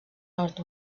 nord